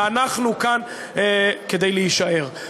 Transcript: ואנחנו כאן כדי להישאר.